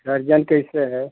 दर्जन कैसे है